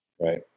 Right